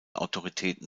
autoritäten